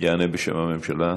יענה בשם הממשלה.